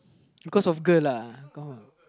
because of girl lah gone